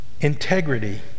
Integrity